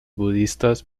budistas